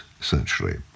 essentially